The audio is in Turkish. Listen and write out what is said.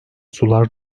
sular